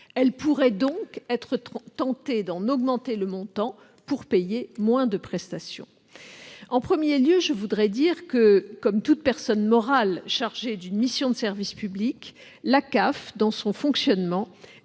Elles pourraient donc être tentées d'en augmenter le montant pour payer moins de prestations. En premier lieu, comme toute personne morale chargée d'une mission de service public, la CAF, dans son fonctionnement,